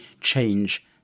change